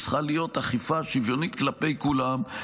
שצריכה להיות אכיפה שוויונית כלפי כולם.